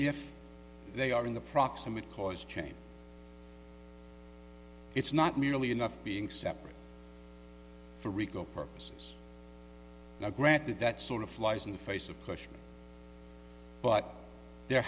if they are in the proximate cause chain it's not nearly enough being separate for rico purposes now granted that sort of flies in the face of question but there